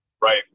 Right